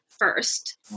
first